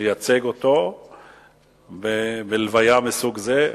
לייצג אותו בהלוויה מסוג זה.